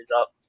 up